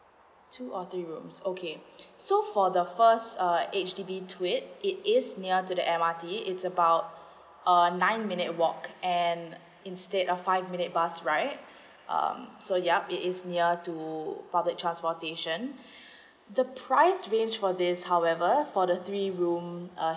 two or three rooms okay so for the first H_D_B tweet it is near to the M_R_T about err nine minute walk and instead of five minute bus ride um so yup is near to public transportation the price range for this however for the three room uh